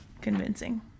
convincing